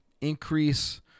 increase